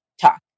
talk